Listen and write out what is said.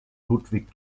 ludwig